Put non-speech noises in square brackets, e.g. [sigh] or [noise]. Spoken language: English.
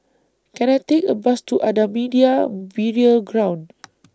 Can I Take A Bus to Ahmadiyya Burial Ground [noise]